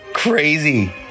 Crazy